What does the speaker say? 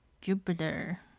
Jupiter